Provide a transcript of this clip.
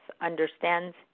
understands